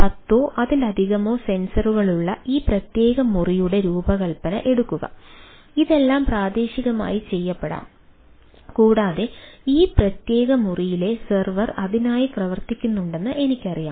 പത്തോ അതിലധികമോ സെൻസറുകളുള്ള ഈ പ്രത്യേക മുറിയുടെ രൂപകൽപ്പന എടുക്കുക ഇതെല്ലാം പ്രാദേശികമായി ചെയ്യപ്പെടും കൂടാതെ ഈ പ്രത്യേക മുറിയിലെ സെർവർ അതിനായി പ്രവർത്തിക്കുന്നുണ്ടെന്ന് എനിക്കറിയാം